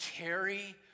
carry